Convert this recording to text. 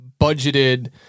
budgeted